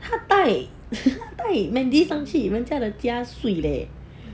他带 mandy 上去人家的家睡 leh